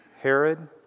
Herod